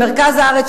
במרכז הארץ,